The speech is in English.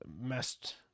messed